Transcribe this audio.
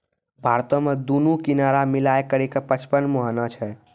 भारतो मे दुनू किनारा मिलाय करि के पचपन मुहाना छै